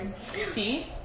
See